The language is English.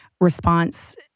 response